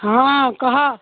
ହଁ କହ